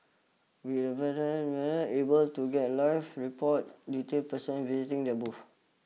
with able to get live report details percent visiting their booths